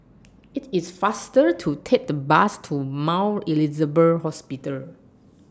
IT IS faster to Take The Bus to Mount Elizabeth Hospital